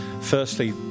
firstly